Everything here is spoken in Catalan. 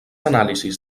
anàlisis